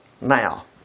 now